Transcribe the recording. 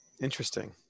interesting